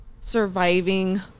surviving